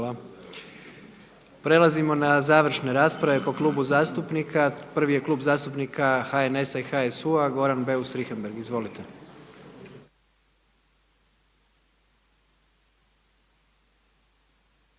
Hvala. Prelazimo na završne rasprave po klubu zastupnika. Prvi je Klub zastupnika HNS-a i HSU-a Goran Beus Richembergh. Izvolite. **Beus